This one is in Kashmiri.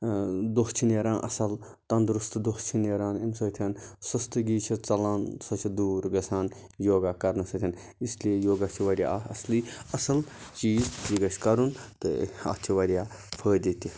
دۄہ چھِ نیران اَصٕل تَندرُستہٕ دۄہ چھِ نیران اَمہِ سۭتۍ سُستٕگی چھِ ژَلان سۄ چھِ دوٗر گَژھان یوگا کَرنہٕ سۭتۍ اِسلیے یوگا چھِ واریاہ اَصلی اَصٕل چیٖز یہِ گَژھِ کَرُن تہٕ اَتھ چھِ واریاہ فٲیدٕ تہِ